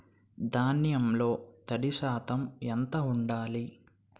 ధాన్యంలో తడి శాతం ఎంత ఉండాలి?